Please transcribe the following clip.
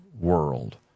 world